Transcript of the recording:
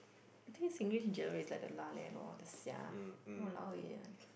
I think Singlish generally is like the lah leh lor the sia !walao! eh ah